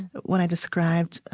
what i described,